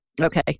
Okay